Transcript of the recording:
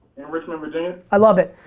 in richmond, virginia. i love it.